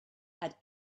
had